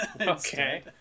okay